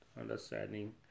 understanding